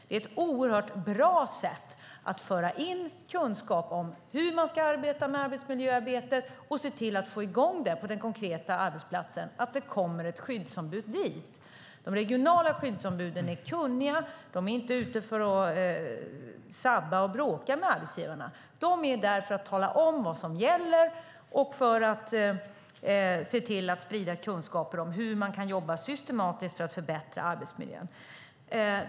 Det är ett oerhört bra sätt att föra in kunskap om hur man ska arbeta med arbetsmiljöarbetet och se till att få i gång det på den konkreta arbetsplatsen att det kommer ett skyddsombud dit. De regionala skyddsombuden är kunniga. De är inte ute efter att sabba och bråka med arbetsgivarna, utan de är där för att tala om vad som gäller och för att se till att sprida kunskaper om hur man kan jobba systematiskt för att förbättra arbetsmiljön.